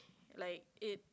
like it